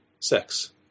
sex